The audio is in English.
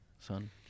Son